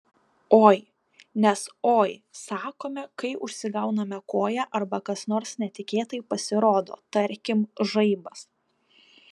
oi nes oi sakome kai užsigauname koją arba kas nors netikėtai pasirodo tarkim žaibas